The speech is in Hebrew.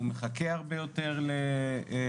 הוא מחכה הרבה יותר לתורים,